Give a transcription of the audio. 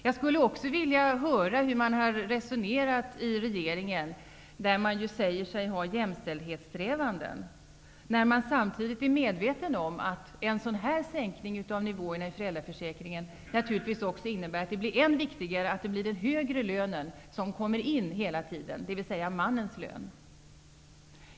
Jag skulle också vilja höra hur man i regeringen har resonerat när man påstår sig ha jämställdhetssträvanden. Samtidigt måste man ju vara medveten om att en sådan här sänkning av nivåerna i föräldraförsäkringen naturligtvis innebär att det blir än viktigare att det hela tiden är den högre lönen som kommer in, dvs. mannens lön.